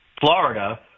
Florida